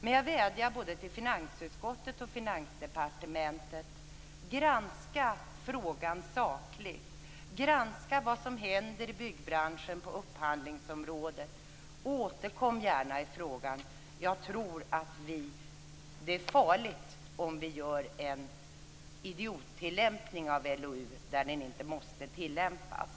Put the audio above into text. Men jag vädjar till både finansutskottet och Finansdepartementet att granska frågan sakligt, att granska vad som händer i byggbranschen på upphandlingsområdet. Återkom gärna i frågan! Jag tror att det är farligt att ha en idiottillämpning av LOU i de fall där den inte måste tillämpas.